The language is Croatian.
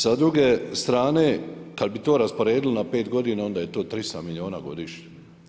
Sa druge strane, kad bi to rasporedili na 5 godina, onda je to 300 miliona godišnje.